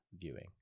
viewing